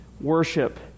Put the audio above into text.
worship